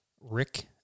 Rick